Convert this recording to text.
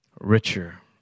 richer